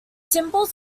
symbols